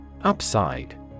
UPSIDE